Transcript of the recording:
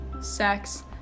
sex